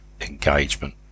engagement